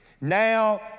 Now